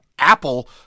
Apple